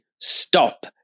stop